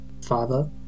father